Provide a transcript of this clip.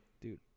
dude